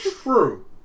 true